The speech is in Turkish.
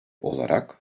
olarak